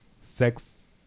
sex